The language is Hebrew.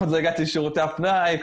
עוד לא הגעתי לשירותי הפנאי.